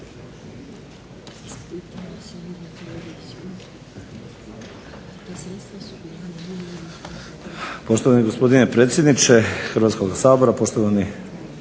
Poštovani gospodine predsjedniče Hrvatskoga sabora, gospodine